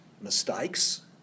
mistakes